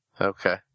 Okay